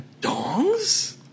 dongs